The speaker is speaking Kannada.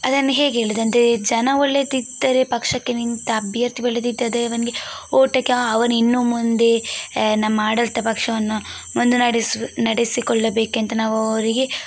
ಅದನ್ನು ಹೇಗೆ ಹೇಳೋದು ಅಂದರೆ ಜನ ಒಳ್ಳೆಯದಿದ್ದರೆ ಪಕ್ಷಕ್ಕೆ ನಿಂತ ಅಭ್ಯರ್ಥಿ ಒಳ್ಳೆಯದಿದ್ದವನಿಗೆ ಓಟಕ್ಕೆ ಹಾಂ ಅವನಿನ್ನು ಮುಂದೆ ನಮ್ಮ ಆಡಳಿತ ಪಕ್ಷವನ್ನು ಮುಂದು ನಡೆಸು ನಡೆಸಿಕೊಳ್ಳಬೇಕೆ ಅಂತ ನಾವು ಅವರಿಗೆ